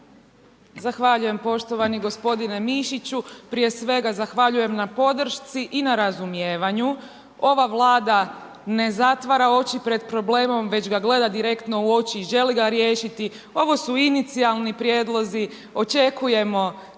Zahvaljujem poštovani gospodine Mišiću, prije svega zahvaljujem na podršci i na razumijevanju. Ova Vlada ne zatvara oči pred problemom već ga gleda direktno u oči i želi ga riješiti, ovo su inicijalni prijedlozi, očekujemo jako